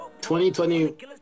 2020